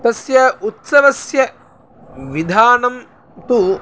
तस्य उत्सवस्य विधानं तु